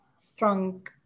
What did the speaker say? strong